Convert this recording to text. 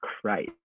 christ